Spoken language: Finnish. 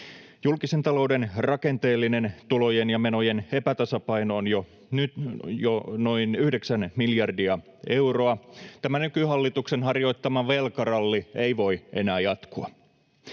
Julkisen talouden rakenteellinen tulojen ja menojen epätasapaino on nyt jo noin yhdeksän miljardia euroa. Tämä nykyhallituksen harjoittama velkaralli ei voi enää jatkua.